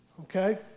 okay